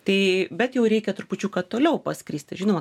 tai bet jau reikia trupučiuką toliau paskristi žinoma